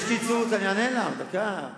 אני אענה לך, דקה.